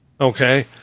okay